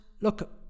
look